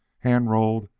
hand-rolled,